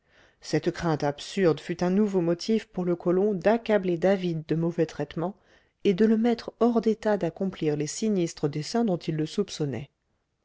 cette crainte absurde fut un nouveau motif pour le colon d'accabler david de mauvais traitements et de le mettre hors d'état d'accomplir les sinistres desseins dont il le soupçonnait